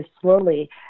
slowly